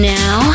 now